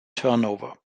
turnover